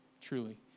truly